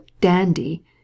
dandy